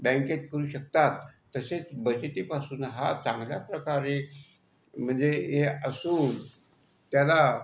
बँकेत करू शकतात तसेच बचतीपासून हा चांगल्या प्रकारे म्हणजे हे असून त्याला